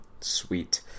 Sweet